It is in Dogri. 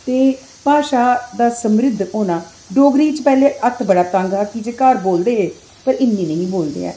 ते भाशा दा समृद्ध होना डोगरी च पैह्लें हत्थ बड़ा तंग हा की जे घर बोलदे हे पर इन्नी नेईं हे बोलदे ऐहे